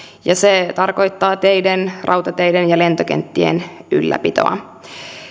ja se tarkoittaa teiden rautateiden ja lentokenttien ylläpitoa